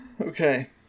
Okay